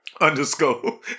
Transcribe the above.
Underscore